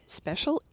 special